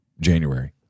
January